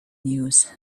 news